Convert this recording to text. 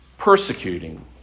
persecuting